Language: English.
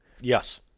Yes